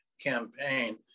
campaign